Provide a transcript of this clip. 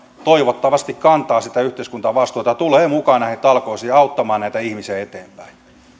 toivottavasti kantaa yhteiskuntavastuuta ja tulee mukaan näihin talkoisiin auttamaan näitä ihmisiä eteenpäin